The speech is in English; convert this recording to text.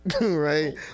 Right